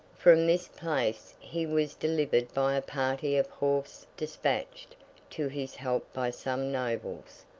from this place he was delivered by a party of horse despatched to his help by some nobles,